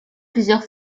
plusieurs